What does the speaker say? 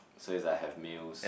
so is I have meals